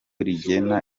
rigena